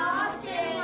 often